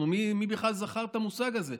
מי בכלל זכר את המושג הזה?